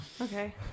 Okay